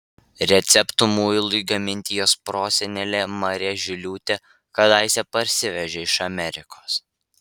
receptų muilui gaminti jos prosenelė marė žiliūtė kadaise parsivežė iš amerikos